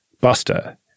Buster